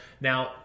Now